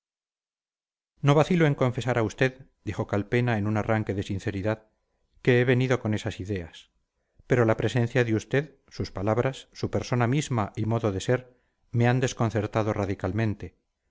no vacilo en confesar a usted dijo calpena en un arranque de sinceridad que he venido con esas ideas pero la presencia de usted sus palabras su persona misma y modo de ser me han desconcertado radicalmente